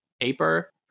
paper